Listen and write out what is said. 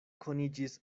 koniĝis